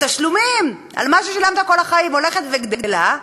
לתשלומים על מה ששילמת כל החיים הולכת וגדלה?